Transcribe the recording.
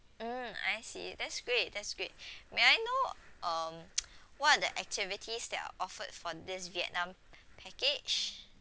mm I see that's great that's great may I know um what are activities that are offered for this vietnam package